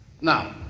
Now